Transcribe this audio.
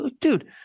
dude